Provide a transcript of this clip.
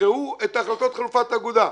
תקראו את החלטות חלופת האגודה.